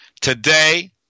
Today